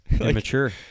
Immature